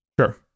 Sure